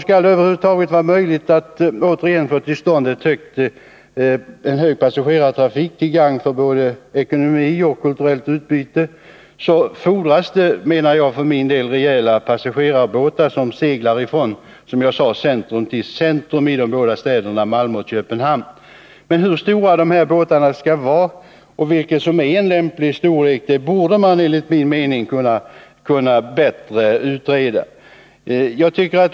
Skall det över huvud taget vara möjligt att återigen få till stånd en trafik med högt passagerarantal, till gagn för både ekonomi och kulturellt utbyte, så fordras det enligt min mening rejäla passagerarbåtar som seglar från centrum till centrum i de båda städerna Malmö och Köpenhamn. Men hur stora dessa båtar skall vara, vilken storlek som är lämplig, borde man enligt min mening ha kunnat utreda bättre.